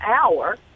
hour